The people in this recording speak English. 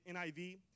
NIV